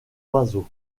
oiseaux